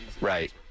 Right